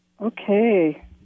Okay